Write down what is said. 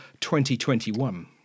2021